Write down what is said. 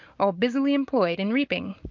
all busily employed in reaping.